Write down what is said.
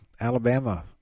Alabama